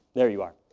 there you are.